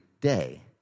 day